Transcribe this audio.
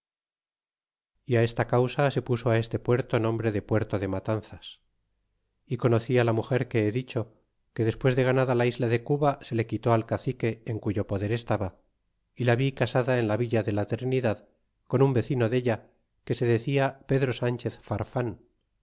y á esta causa se puso a este puerto nombre de puerto de matanzas y conocí á la muger que he dicho que despues de ganada la isla de cuba se le quitó al cacique en cuyo poder estaba y la vi casada en la villa de la trinidad con un vecino della que se darla pedro sanchez farfan